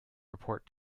report